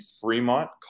Fremont